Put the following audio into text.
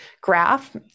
graph